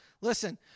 Listen